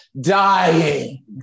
dying